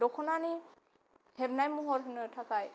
दख'नानि हेबनाय महर होनो थाखाय